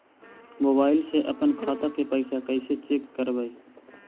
Mobile से अपन खाता के पैसा कैसे चेक करबई?